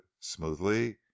smoothly